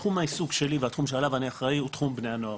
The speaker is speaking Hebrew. תחום העיסוק שלי והתחום שעליו אני אחראי הוא תחום בני הנוער,